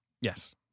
Yes